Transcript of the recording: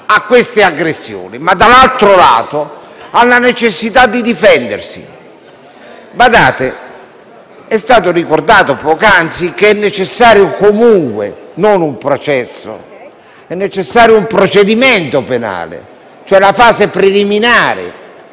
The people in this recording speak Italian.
a questi atti e, dall'altro, alla necessità di difendersi. È stato ricordato poc'anzi che è necessario, comunque, non un processo, ma un procedimento penale, cioè la fase preliminare,